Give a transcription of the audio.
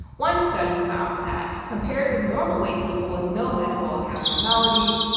one study found that, compared with normal weight people with no metabolic abnormalities,